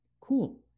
Cool